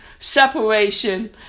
Separation